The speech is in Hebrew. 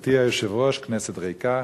גברתי היושבת-ראש, כנסת ריקה,